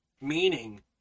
meaning